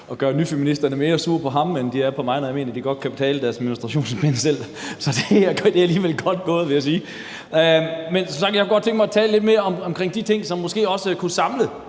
at gøre nyfeministerne mere sure på ham, end de er på mig, når jeg mener, at de godt kan betale deres menstruationsbind selv. Det er alligevel godt gået, vil jeg sige. Men jeg kunne godt tænke mig at tale lidt mere om de ting, som måske også kunne samle